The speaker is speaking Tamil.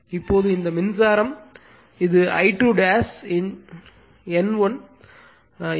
இப்போது இந்த மின்சார இது I2 N1 mmf I2 N2